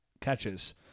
catches